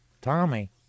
Tommy